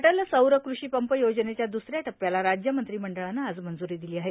अटल सौर कृषी पंप योजनेच्या दुसऱ्या टप्प्याला राज्य मंत्रिमंडळानं आज मंजूरी दिली आहे